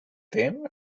them